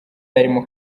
arimo